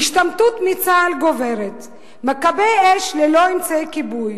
ההשתמטות מצה"ל גוברת, מכבי אש ללא אמצעי כיבוי,